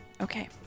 Okay